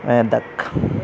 Medak